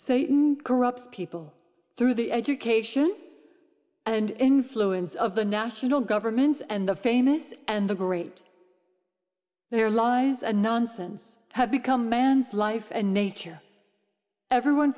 can corrupt people through the education and influence of the national governments and the famous and the great their lies and nonsense have become man's life and nature every one